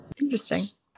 Interesting